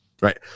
Right